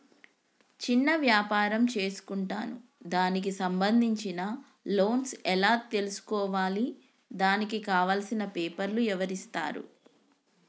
చిన్న వ్యాపారం చేసుకుంటాను దానికి సంబంధించిన లోన్స్ ఎలా తెలుసుకోవాలి దానికి కావాల్సిన పేపర్లు ఎవరిస్తారు?